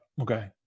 okay